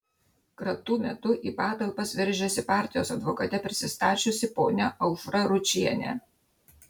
kratų metu į patalpas veržėsi partijos advokate prisistačiusi ponia aušra ručienė